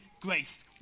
grace